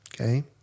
Okay